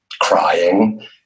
crying